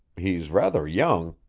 he's rather young.